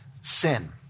sin